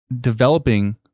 developing